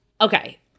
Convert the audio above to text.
Okay